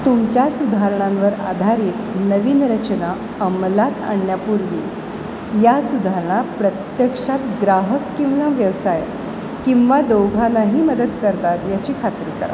तुमच्या सुधारणांवर आधारित नवीन रचना अमलात आणण्यापूर्वी या सुधारणा प्रत्यक्षात ग्राहक किंवा व्यवसाय किंवा दोघांनाही मदत करतात याची खात्री करा